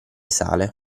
sale